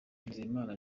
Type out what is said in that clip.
nizeyimana